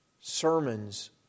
Sermons